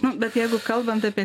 nu bet jeigu kalbant apie